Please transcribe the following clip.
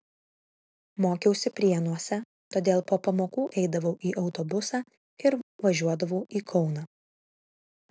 mokiausi prienuose todėl po pamokų eidavau į autobusą ir važiuodavau į kauną